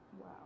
Wow